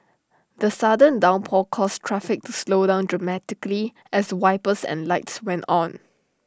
the sudden downpour caused traffic to slow down dramatically as wipers and lights went on